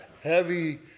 heavy